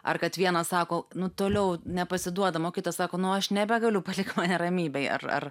ar kad vienas sako nu toliau nepasiduodam o kitas sako nu aš nebegaliu palik mane ramybėje ar ar